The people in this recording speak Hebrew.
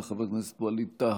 חברת הכנסת עאידה תומא סלימאן,